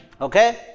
Okay